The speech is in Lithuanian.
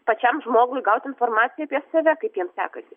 pačiam žmogui gauti informaciją apie save kaip jam sekasi